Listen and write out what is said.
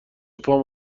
پام